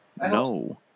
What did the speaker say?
No